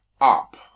up